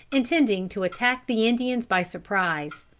intending to attack the indians by surprise.